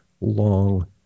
long